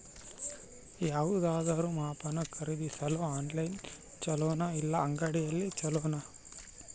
ಯಾವುದಾದರೂ ಸಾಮಾನು ಖರೇದಿಸಲು ಆನ್ಲೈನ್ ಛೊಲೊನಾ ಇಲ್ಲ ಅಂಗಡಿಯಲ್ಲಿ ಛೊಲೊನಾ?